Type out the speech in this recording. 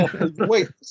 Wait